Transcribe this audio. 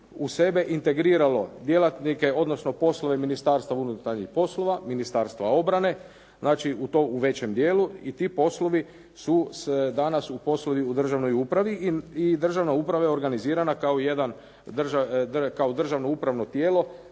u sebe integriralo djelatnike, odnosno poslove ministarstva unutarnjih poslova, Ministarstva obrane, znači to u većem dijelu i ti poslovi su danas poslovi u državnoj upravi i državna uprava je organizirana kao državno upravno tijelo